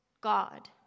God